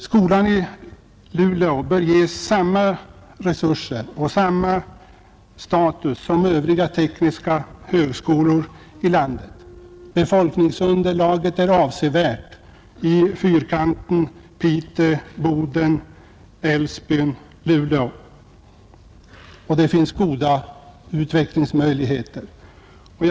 Skolan i Luleå bör få samma resurser och status som övriga tekniska högskolor i landet. Befolkningsunderlaget är avsevärt i fyrkanten Piteå Älvsbyn-Boden-Luleå, och det finns goda utvecklingsmöjligheter där.